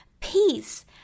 peace